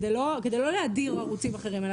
כדי לא להדיר ערוצים אחרים.